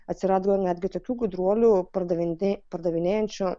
atsirado netgi tokių gudruolių pardavindė pardavinėjančių